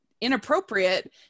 inappropriate